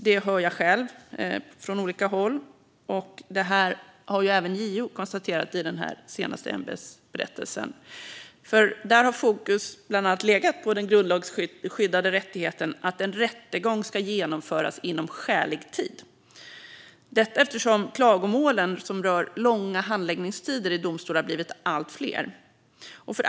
Det hör jag själv från olika håll. Det här konstaterar även JO i den senaste ämbetsberättelsen, där fokus bland annat legat på den grundlagsskyddade rättigheten att en rättegång ska genomföras inom skälig tid. Detta eftersom klagomålen som rör långa handläggningstider i domstolar blir allt fler.